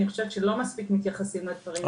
אני חושבת שלא מספיק מתייחסים לדברים האלה.